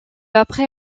après